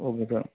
okay sir